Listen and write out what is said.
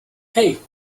hey